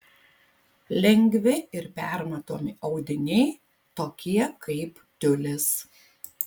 lengvi ir permatomi audiniai tokie kaip tiulis